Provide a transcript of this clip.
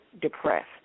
depressed